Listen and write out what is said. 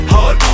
Hard